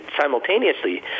simultaneously